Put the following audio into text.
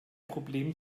problem